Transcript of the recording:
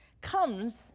comes